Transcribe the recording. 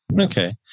Okay